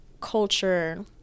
culture